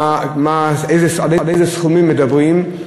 על איזה סכום מדברים.